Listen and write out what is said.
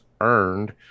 earned